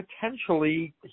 potentially